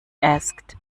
asked